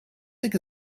think